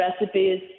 recipes